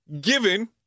given